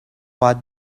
باید